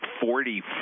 forty